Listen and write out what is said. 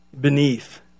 beneath